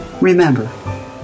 Remember